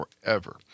forever